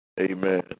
Amen